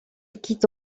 quitte